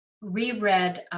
reread